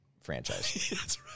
franchise